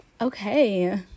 Okay